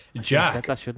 Jack